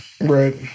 Right